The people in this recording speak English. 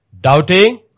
Doubting